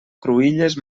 cruïlles